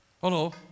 Hello